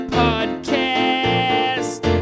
podcast